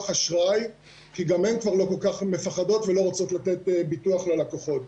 האשראי כי גם הן פוחדות ולא רוצות לתת ביטוח ללקוחות.